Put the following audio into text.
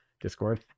Discord